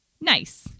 nice